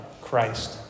Christ